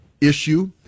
issue